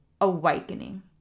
awakening